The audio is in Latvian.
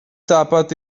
tāpat